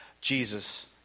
Jesus